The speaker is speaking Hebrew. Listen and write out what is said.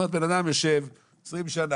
זאת אומרת בן אדם יושב 20 שנה,